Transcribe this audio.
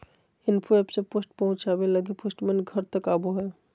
info app से post पहुचावे लगी पोस्टमैन घर तक आवो हय